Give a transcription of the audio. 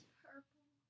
purple